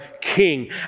king